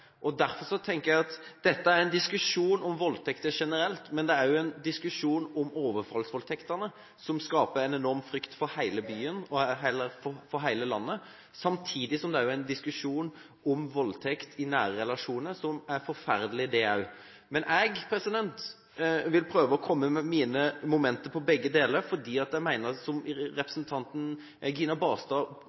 det. Derfor tenker jeg at dette er en diskusjon om voldtekter generelt, men det er også en diskusjon om overfallsvoldtektene, som skaper en enorm frykt i hele byen og i hele landet. Samtidig er det også en diskusjon om voldtekt i nære relasjoner, som også er forferdelig. Jeg vil prøve å komme med mine momenter om begge deler, fordi jeg mener, som representanten Gina Knutson Barstad